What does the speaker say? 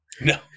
no